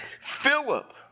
Philip